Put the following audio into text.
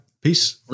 peace